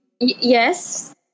yes